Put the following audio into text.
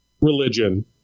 religion